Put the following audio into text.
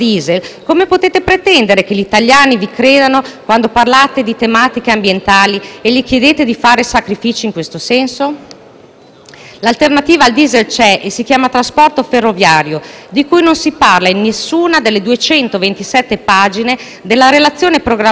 sacrifici in questo senso? L'alternativa al *diesel* c'è e si chiama trasporto ferroviario, di cui però non si parla in nessuna delle 227 pagine della relazione programmatica sulla partecipazione dell'Italia all'Unione europea, che ha redatto il precedente Ministro degli affari europei.